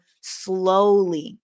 slowly